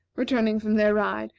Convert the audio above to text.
returning from their ride,